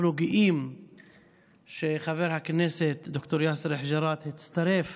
אנחנו גאים שחבר הכנסת ד"ר יאסר חוג'יראת הצטרף